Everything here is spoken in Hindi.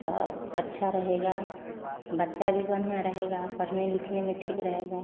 तो अच्छा रहेगा बच्चा भी बढ़िया रहेगा पढने लिखने में ठीक रहेगा